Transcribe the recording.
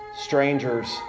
strangers